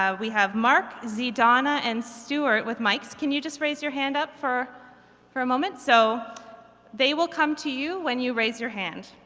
we have mark, zee, donna and stuart with mics. can you just raise your hand up for for a moment? so they will come to you when you raise your hand.